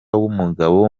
w’umugabo